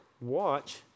watch